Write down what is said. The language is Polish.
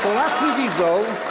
Polacy widzą.